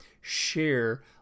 share